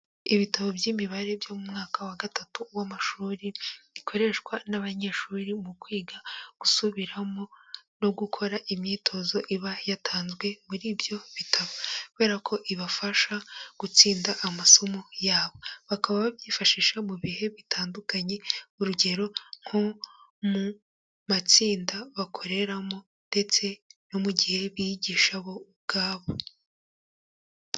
Ibitabo by'imibare byo mu mwaka wa gatatu w'amashuri bikoreshwa n'abanyeshuri mu kwiga, gusubiramo, no gukora imyitozo iba yatanzwe muri ibyo bitabo kubera ko ibafasha gutsinda amasomo yabo, bakaba babyifashisha mu bihe bitandukanye, urugero nko mu matsinda bakoreramo ndetse no mu gihe biyigisha bo ubwabo.